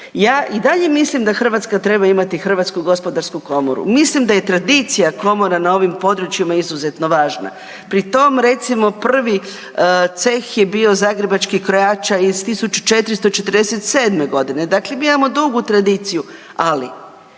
Ja i dalje mislim da Hrvatska treba imati HGK, mislim da je tradicija komora na ovim područjima izuzetno važna. Pri tom recimo prvi ceh je bio zagrebačkih krojača iz 1447. godine, dakle mi imamo dugu tradiciju, ali